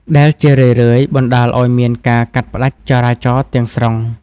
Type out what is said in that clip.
ដែលជារឿយៗបណ្ដាលឱ្យមានការកាត់ផ្ដាច់ចរាចរណ៍ទាំងស្រុង។